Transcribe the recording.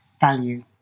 value